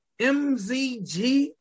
mzg